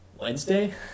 Wednesday